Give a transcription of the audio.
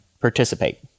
participate